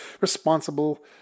responsible